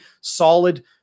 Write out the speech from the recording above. solid